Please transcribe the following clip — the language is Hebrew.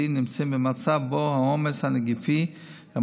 נמצאים במצב שבו העומס הנגיפי בדמם,